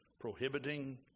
prohibiting